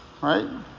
right